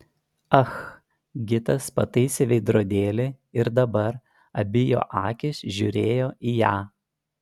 ah gitas pataisė veidrodėlį ir dabar abi jo akys žiūrėjo į ją